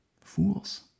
Fools